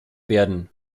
werden